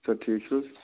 سَر ٹھیٖک چھُو حظ